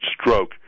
stroke